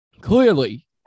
Clearly